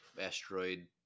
asteroid